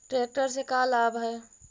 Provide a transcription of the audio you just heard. Tractor से का लाभ है?